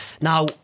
Now